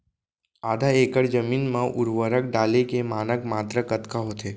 आधा एकड़ जमीन मा उर्वरक डाले के मानक मात्रा कतका होथे?